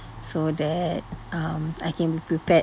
so that um I can be prepared